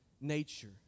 nature